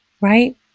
Right